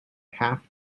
half